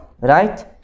right